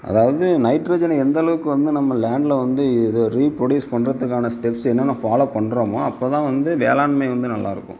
அதாவது நைட்ரஜனை எந்த அளவுக்கு வந்து நம்ம லேண்ட்டில் வந்து இது ரீப்ரொடியூஸ் பண்ணுறதுக்கான ஸ்டெப்ஸ் என்னென்ன ஃபாலோ பண்ணுறோமோ அப்போ தான் வந்து வேளாண்மை வந்து நல்லாயிருக்கும்